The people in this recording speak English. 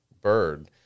bird